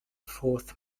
fourth